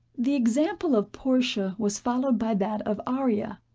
the example of portia was followed by that of arria,